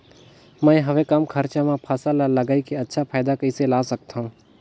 मैं हवे कम खरचा मा फसल ला लगई के अच्छा फायदा कइसे ला सकथव?